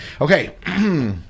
Okay